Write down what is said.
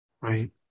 right